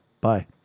Bye